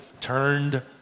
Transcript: turned